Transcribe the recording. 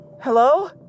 Hello